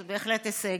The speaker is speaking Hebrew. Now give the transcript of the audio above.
זה בהחלט הישג.